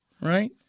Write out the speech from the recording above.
right